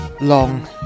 long